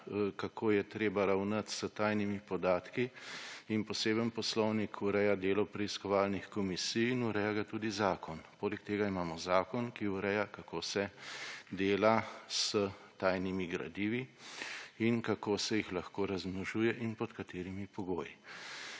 kako je treba ravnati s tajnimi podatki in poseben poslovnik ureja delo preiskovalnih komisij in reja ga tudi zakon. Poleg tega imamo zakon, ki ureja, kako se dela s tajnimi gradivi in kako se jih lahko razmnožuje in pod katerimi pogoji.